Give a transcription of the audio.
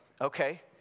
Okay